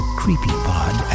creepypod